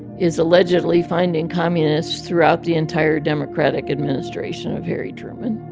is allegedly finding communists throughout the entire democratic administration of harry truman.